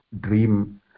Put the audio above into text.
dream